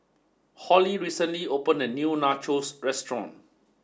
Hollie recently opened a new Nachos restaurant